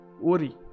worry